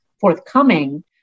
forthcoming